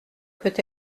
peut